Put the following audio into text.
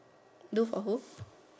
do for who